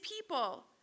people